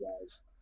guys